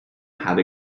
had